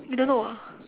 you don't know ah